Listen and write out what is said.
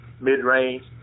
mid-range